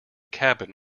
cabin